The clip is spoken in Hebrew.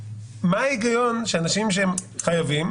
מה ההיגיון שאנשים שהם חייבים,